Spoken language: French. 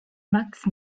max